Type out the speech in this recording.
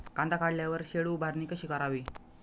कांदा काढल्यावर शेड उभारणी कशी करावी?